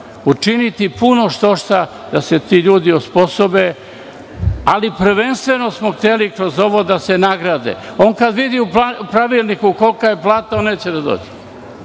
učiniti puno štošta da se ti ljudi osposobe, ali prvenstveno smo hteli kroz ovo da se nagrade. On kad vidi u pravilniku kolika je plata, on neće da dođe.